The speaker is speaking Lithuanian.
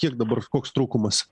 kiek dabar koks trūkumas